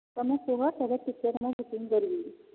ତମେ କୁହ କେବେ ଟିକେଟ୍ ମୁଁ ବୁକିଂ କରିବି